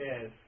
Yes